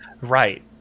Right